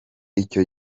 icyo